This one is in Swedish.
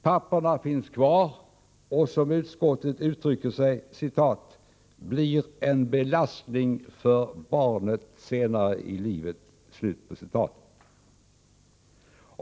Papperna finns kvar och —- som utskottet uttrycker sig— ”blir en belastning för barnet senare i livet”.